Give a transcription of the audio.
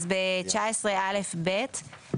אז ב19א(ב),